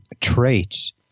traits